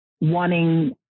wanting